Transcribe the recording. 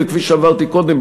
וכפי שאמרתי קודם,